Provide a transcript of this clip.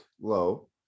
low